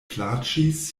plaĉis